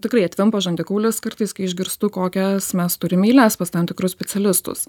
tikrai atvimpa žandikaulis kartais kai išgirstu kokią mes turim eiles pas tam tikrus specialistus